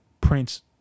Prince